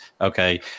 okay